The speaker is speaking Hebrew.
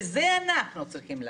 ואת זה אנחנו צריכים לאשר.